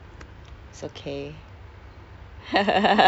sekarang tak boleh cakap bo jio tak ada duit